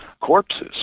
corpses